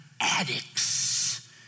addicts